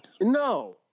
No